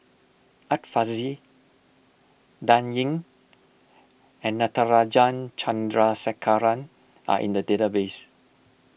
Art Fazil Dan Ying and Natarajan Chandrasekaran are in the database